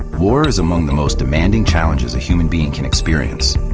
war is among the most demanding challenges a human being can experience,